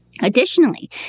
Additionally